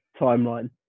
timeline